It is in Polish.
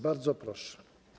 Bardzo proszę.